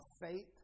faith